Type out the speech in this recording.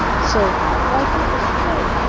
so why people stray?